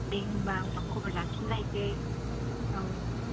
दे होमबा उनाव खबर लाफिनलायसै औ